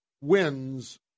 wins